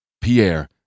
Pierre